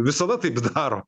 visada taips daro